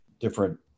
different